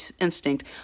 instinct